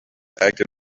acted